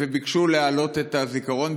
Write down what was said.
וביקשו להעלות את הזיכרון,